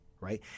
Right